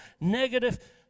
negative